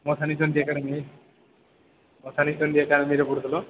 ମଶାଣୀ Chandi academy Mashani Chandi ଏକାଡେମିରେ ପଢୁଥିଲ